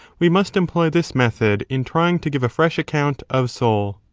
we must employ this method in trying to give a fresh account of soul.